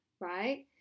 right